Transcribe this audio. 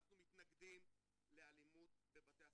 אנחנו מתנגדים לאלימות בבתי הספר.